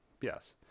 Yes